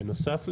בנוסף לזה,